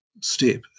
step